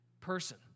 person